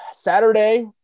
Saturday